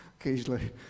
Occasionally